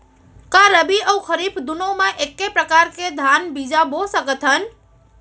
का रबि अऊ खरीफ दूनो मा एक्के प्रकार के धान बीजा बो सकत हन?